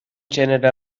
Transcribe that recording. gènere